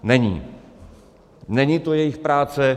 Není, není to jejich práce.